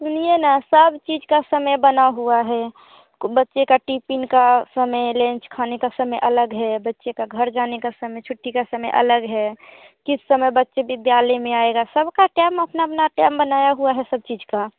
सुनिए ना सब चीज़ का समय बना हुआ है बच्चे का टिपिन का समय लेंच खाने का समय अलग है बच्चे का घर जाने का समय छुट्टी का समय अलग है किस समय बच्चे विद्यालय में आएगा सबका टेम अपना अपना टेम बनाया हुआ है सब चीज़ का